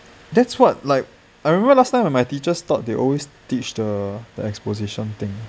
that's what like I remember last time when my teachers taught they always teach the the exposition thing